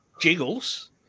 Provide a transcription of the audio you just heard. jiggles